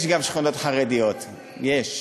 שכונות לחרדים.